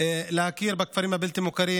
להכיר בכפרים הבלתי-מוכרים.